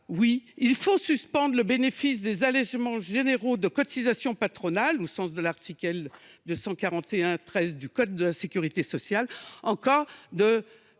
oui, il faut suspendre le bénéfice des allégements généraux de cotisations patronales, au sens de l’article L. 241 13 du code de la sécurité sociale, pour